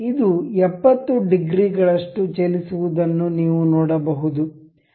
ಇದು 70 ಡಿಗ್ರಿಗಳಷ್ಟು ಚಲಿಸುವದನ್ನು ನೀವು ನೋಡಬಹುದು